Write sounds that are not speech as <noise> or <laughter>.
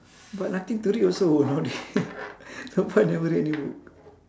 but nothing to read also nowadays <laughs> so far never read any book